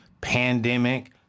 pandemic